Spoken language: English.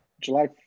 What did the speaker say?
July